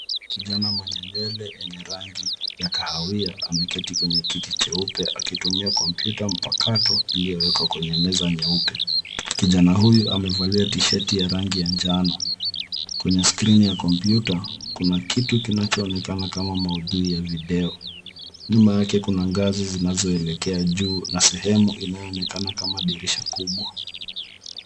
Kijana mwenye nywele yenye rangi ya kahawia ameketi kwenye kiti cheupe, akitumia kompyuta mpakato, iliyowekwa kwenye meza nyeupe. Kijana huyu amevalia (tishati) ya rangi ya manjano. Kwenye skrini ya kompyuta, kuna kitu kinachoonekana kama maudhui ya video. Nyuma yake kuna ngazi zinazoelekea juu, na sehemu inayoonekana kama dirisha kubwa.